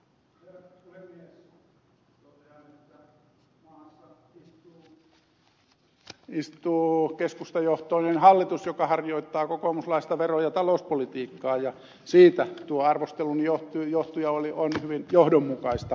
totean että maassa istuu keskustajohtoinen hallitus joka harjoittaa kokoomuslaista vero ja talouspolitiikkaa ja siitä tuo arvosteluni johtui ja on hyvin johdonmukaista